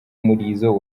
murizo